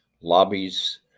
Lobbies